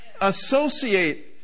Associate